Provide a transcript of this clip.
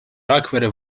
rakvere